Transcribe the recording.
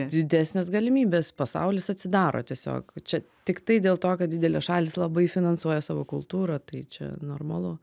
didesnės galimybės pasaulis atsidaro tiesiog čia tiktai dėl to kad didelės šalys labai finansuoja savo kultūrą tai čia normalu